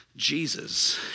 Jesus